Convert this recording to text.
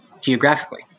geographically